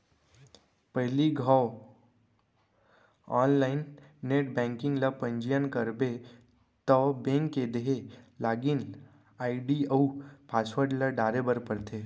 पहिली घौं online net banking ल पंजीयन करबे तौ बेंक के देहे लागिन आईडी अउ पासवर्ड ल डारे बर परथे